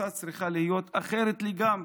התפיסה צריכה להיות אחרת לגמרי: